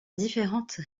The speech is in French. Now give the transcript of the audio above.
différentes